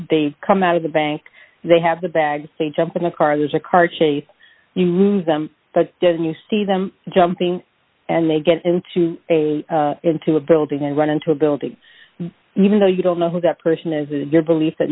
they come out of the bank they have the bag they jump in the car there's a car chase you lose them but doesn't you see them jumping and they get into a into a building and run into a building even though you don't know who that person is is your belief that